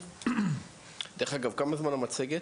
כמה זמן המצגת?